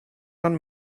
man